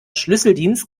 schlüsseldienst